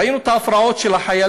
ראינו את ההפרעות של החיילים,